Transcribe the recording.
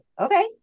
Okay